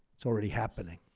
it's already happening,